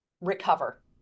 recover